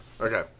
Okay